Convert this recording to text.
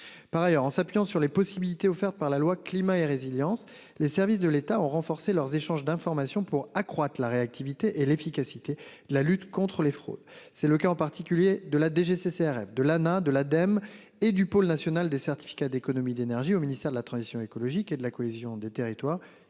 Par ailleurs, en s'appuyant sur les possibilités offertes par la loi climat et résilience, les services de l'État ont renforcé leurs échanges d'informations pour accroître la réactivité et l'efficacité de la lutte contre les fraudes. C'est le cas en particulier de la DGCCRF de Lana de l'Ademe et du pôle national des certificats d'économie d'énergie au ministère de la transition écologique et de la cohésion des territoires